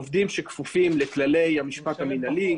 עובדים שכפופים לכללי המשפט המינהלי,